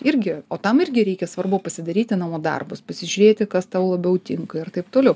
irgi o tam irgi reikia svarbu pasidaryti namų darbus pasižiūrėti kas tau labiau tinka ir taip toliau